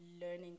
learning